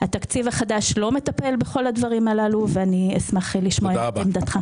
התקציב החדש לא מטפל בכל הדברים הללו ואשמח לשמוע את עמדתך.